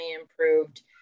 improved